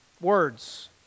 Words